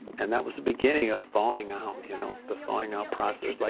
and that was the beginning of thawing out, you know the thawing out process. like